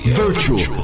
virtual